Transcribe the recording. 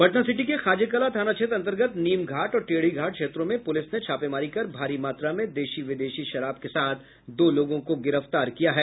Patna city के खाजेकलां थाना क्षेत्र अंतर्गत नीम घाट और टेढ़ी घाट क्षेत्रों में पुलिस ने छापेमारी कर भारी मात्रा में देशी विदेशी शराब के साथ दो लोगों को गिरफ्तार किया है